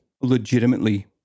legitimately